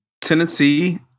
Tennessee